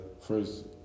first